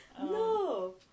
No